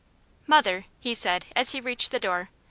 mother, he said as he reached the door,